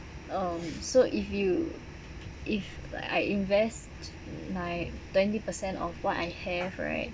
um so if you if I invest my twenty percent of what I have right